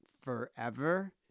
forever